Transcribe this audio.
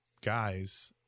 guys